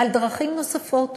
על הדרכים נוספות,